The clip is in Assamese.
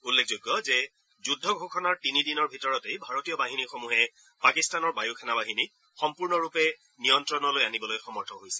উল্লেখযোগ্য যে যুদ্ধ ঘোষণাৰ তিনিদিনৰ ভিতৰতেই ভাৰতীয় বাহিনীসমূহে পাকিস্তানৰ বায়ু সেনাবাহিনীক সম্পূৰ্ণৰপে নিয়ন্ত্ৰণলৈ আনিবলৈ সমৰ্থ হৈছিল